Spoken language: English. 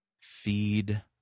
Feed